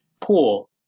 pool